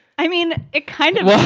i mean, it kind of,